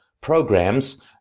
programs